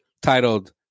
titled